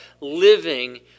living